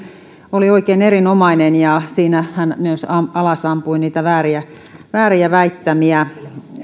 oli oikein erinomainen siinä hän myös ampui alas vääriä väittämiä